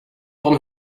van